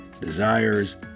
desires